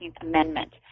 Amendment